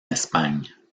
espagne